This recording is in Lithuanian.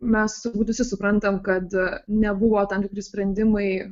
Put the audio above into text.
mes visi suprantam kad nebuvo tam tikri sprendimai